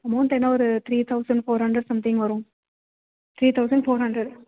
amount என்ன ஒரு three thousand four hundred something வரும் த்ரீ தௌசண்ட் ஃபோர் ஹண்ட்ரட்